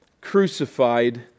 crucified